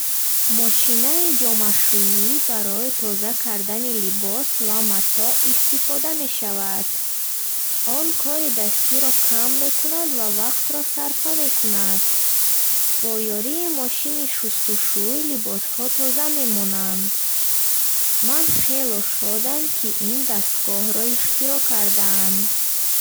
Мошинаи ҷомашӯӣ барои тоза кардани либос ва матоъ истифода мешавад. Он кори дастиро кам мекунад ва вақтро сарфа мекунад. Бо ёрии мошини шустушӯй либосҳо тоза мемонанд. Ман хело шодам ки ин дастгохро ихтиро карданд.